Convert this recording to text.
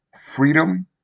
freedom